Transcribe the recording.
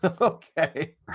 Okay